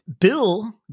Bill